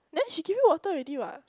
then she give you water already what